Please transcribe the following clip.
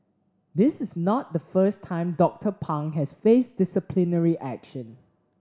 this is not the first time Doctor Pang has faced disciplinary action